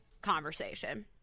conversation